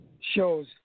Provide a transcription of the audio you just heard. shows